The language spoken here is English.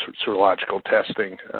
serological testing,